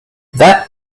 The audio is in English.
that